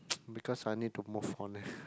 because I need to move on eh